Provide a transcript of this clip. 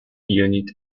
unit